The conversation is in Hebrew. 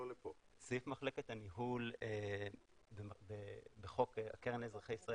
סעיף 28 בחוק הקרן לאזרחי ישראל